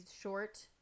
short